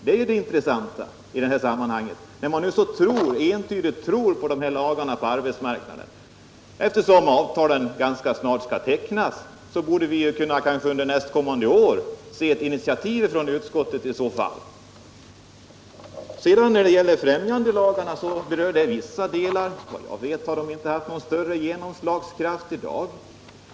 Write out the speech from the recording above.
Det är det intressanta i samman hanget, när man nu så entydigt tror på de här lagarna för arbetsmarknaden. Eftersom avtalen ganska snart skall tecknas borde vi så fall kunna få se ett initiativ från utskottet under nästkommande år. Främjandelagarna berör den här frågan till viss del. Men vad jag vet har de inte haft någon större genomslagskraft.